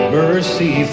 mercy